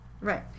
Right